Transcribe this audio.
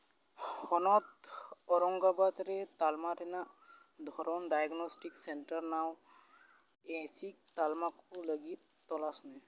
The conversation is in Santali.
ᱦᱚᱱᱚᱛ ᱳᱨᱚᱝᱜᱚᱵᱟᱫᱽ ᱨᱮ ᱛᱟᱞᱢᱟ ᱨᱮᱱᱟᱜ ᱫᱷᱚᱨᱚᱱ ᱰᱟᱭᱜᱚᱱᱚᱥᱴᱤᱠ ᱥᱮᱱᱴᱟᱨ ᱱᱟᱶ ᱮᱥᱤᱠ ᱛᱟᱞᱢᱟ ᱠᱚ ᱞᱟᱹᱜᱤᱫ ᱛᱚᱞᱟᱥ ᱢᱮ